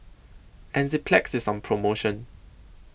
Enzyplex IS on promotion